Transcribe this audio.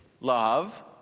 love